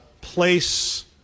place